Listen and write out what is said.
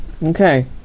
Okay